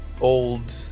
old